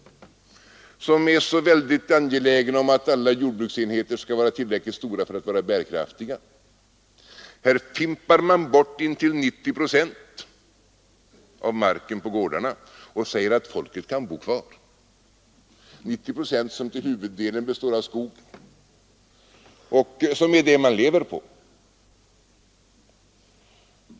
Den är angelägen om att alla jordbruksenheter skall vara tillräckligt stora för att vara bärkraftiga. Här ”fimpar” man bort intill 90 procent av marken på gårdarna och säger att folket kan vara kvar — 90 procent som till huvuddelen består av skog och som är det folket lever av.